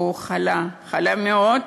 הוא חלה, חלה מאוד,